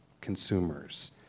consumers